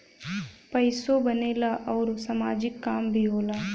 पइसो बनेला आउर सामाजिक काम भी होला